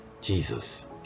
Jesus